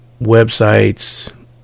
websites